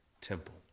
temple